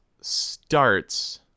starts